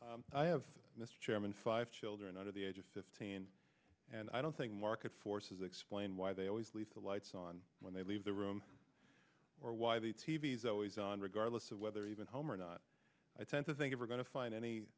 if i have mr chairman five children under the age of fifteen and i don't think market forces explain why they always leave the lights on when they leave the room or why the t v is always on regardless of whether even home or not i tend to think if we're going to find any